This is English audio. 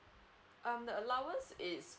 um the allowance is